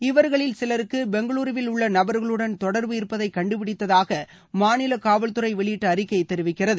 இவர்களில் சிலருக்கு பெங்களுருவில் உள்ள நபர்களுடன் தொடர்பு இருப்பதை கண்டுபிடித்ததாக மாநில காவல்துறை வெளியிட்ட அறிக்கை தெரிவிக்கிறது